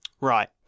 Right